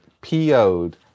PO'd